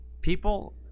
People